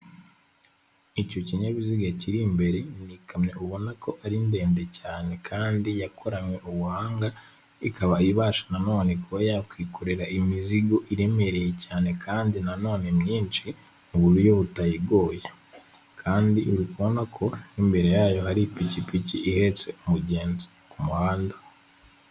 Icyo kinyabiziga kiri imbere ni ikamyo ubona ko ari ndende cyane kandi yakoranywe ubuhanga, ikaba ibasha nanone kuba yakwikorera imizigo iremereye cyane kandi nanone myinshi mu buryo butayigoye, kandi uri kubona ko n'imbere yayo hari ipikipiki ihetse umugenzi ku muhanda.